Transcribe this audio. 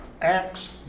Acts